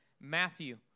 Matthew